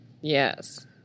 Yes